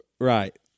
right